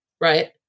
right